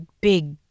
big